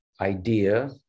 idea